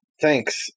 thanks